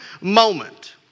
moment